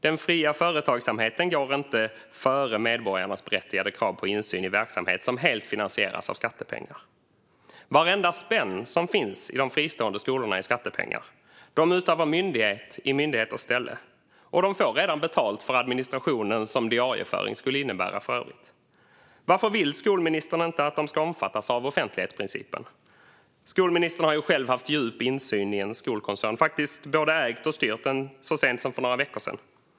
Den fria företagsamheten går inte före medborgarnas berättigade krav på insyn i verksamhet som helt finansieras av skattepengar. Varenda spänn som finns i de fristående skolorna är skattepengar. De utövar myndighet i myndigheters ställe, och de får redan betalt för den administration som diarieföring skulle innebära. Varför vill skolministern inte att de ska omfattas av offentlighetsprincipen? Skolministern har ju själv haft djup insyn i en skolkoncern och faktiskt både ägt och styrt den så sent som för några veckor sedan.